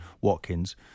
Watkins